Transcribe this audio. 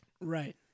Right